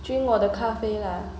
drink 我的咖啡 lah